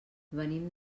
venim